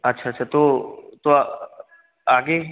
আচ্ছা আচ্ছা তো তো আগে